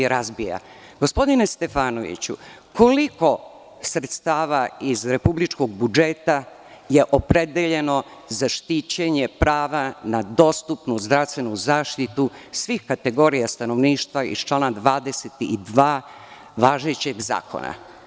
Gospodine Stefanoviću, koliko sredstava iz republičkog budžeta je opredeljeno za štićenje prava na dostupnu zdravstvenu zaštitu svih kategorija stanovništva iz člana 22. važećeg zakona.